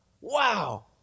Wow